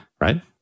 right